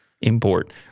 Import